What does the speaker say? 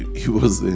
he was